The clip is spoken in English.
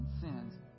sins